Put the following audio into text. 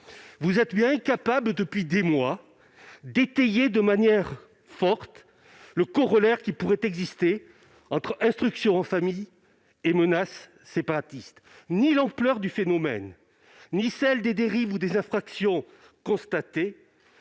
vous êtes montré, depuis des mois, incapable d'étayer de manière forte la corrélation qui pourrait exister entre l'instruction en famille et la menace séparatiste. Ni l'ampleur du phénomène ni celle des dérives ou des infractions constatées